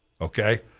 Okay